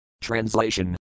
Translation